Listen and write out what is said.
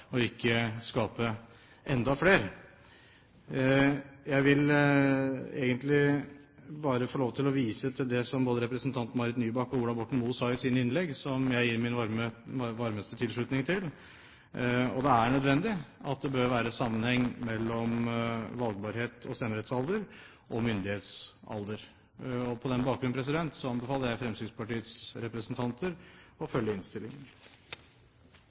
ikke skape enda flere. Jeg vil bare få lov til å vise til det som representantene Marit Nybakk og Ola Borten Moe sa i sine innlegg, som jeg gir min varmeste tilslutning til: Det er nødvendig at det er sammenheng mellom valgbarhet og stemmerettsalder og myndighetsalder. På den bakgrunn anbefaler jeg Fremskrittspartiets representanter å følge innstillingen.